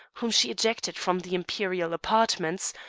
whom she ejected from the imperial apartments,